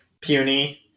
puny